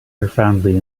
profoundly